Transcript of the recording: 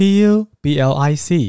Public